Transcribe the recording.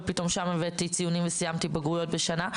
ופתאום שם הבאתי ציונים וסיימתי בגרויות בשנה,